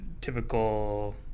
typical